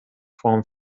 form